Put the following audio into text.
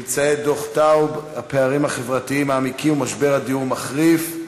דוח טאוב: הפערים החברתיים מעמיקים ומשבר הדיור מחריף,